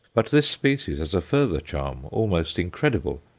but this species has a further charm, almost incredible.